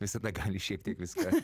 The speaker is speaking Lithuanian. visada gali šiek tiek viską